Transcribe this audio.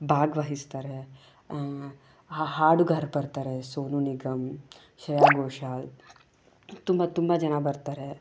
ಭಾಗವಹಿಸ್ತಾರೆ ಹಾಡುಗಾರ್ರು ಬರ್ತಾರೆ ಸೋನು ನಿಗಮ್ ಶ್ರೇಯಾ ಘೋಷಾಲ್ ತುಂಬ ತುಂಬ ಜನ ಬರ್ತಾರೆ